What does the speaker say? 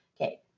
Okay